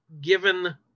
given –